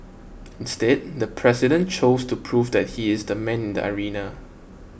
instead the president chose to prove that he is the man in the arena